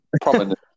prominent